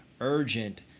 urgent